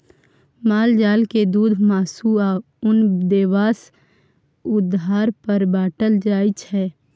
माल जाल के दुध, मासु, आ उन देबाक आधार पर बाँटल जाइ छै